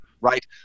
right